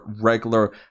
regular